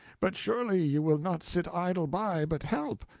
but surely you will not sit idle by, but help?